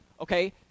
Okay